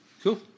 cool